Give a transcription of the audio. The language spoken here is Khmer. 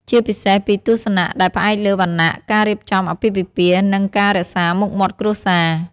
ជាពិសេសពីទស្សនៈដែលផ្អែកលើវណ្ណៈ ការរៀបចំអាពាហ៍ពិពាហ៍ និងការរក្សាមុខមាត់គ្រួសារ។